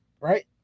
right